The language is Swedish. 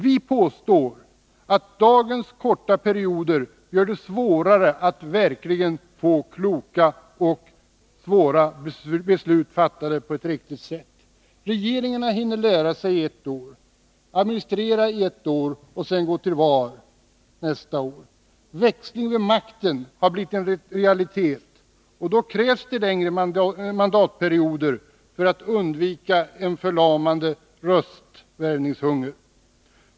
Vi påstår att de nuvarande korta mandatperioderna verkligen gör det svårare att fatta besvärliga beslut på ett klokt och riktigt sätt. Regeringarna hinner nu lära sig under ett år, administrera under nästa år och sedan gå till val året därpå. Växling vid makten har blivit en realitet, och då krävs det längre mandatperioder för att undvika en förlamande röstvärvningshunger.